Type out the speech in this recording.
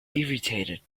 irritated